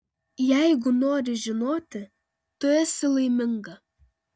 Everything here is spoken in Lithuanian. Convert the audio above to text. jeigu nori žinoti tu esi laiminga